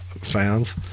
fans